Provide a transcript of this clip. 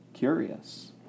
curious